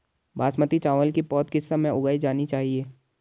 बासमती चावल की पौध किस समय उगाई जानी चाहिये?